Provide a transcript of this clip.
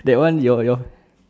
that one you're you're